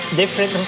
different